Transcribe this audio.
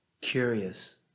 curious